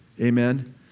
Amen